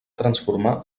transformar